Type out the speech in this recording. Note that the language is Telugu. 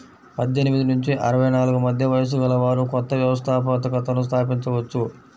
పద్దెనిమిది నుంచి అరవై నాలుగు మధ్య వయస్సు గలవారు కొత్త వ్యవస్థాపకతను స్థాపించవచ్చు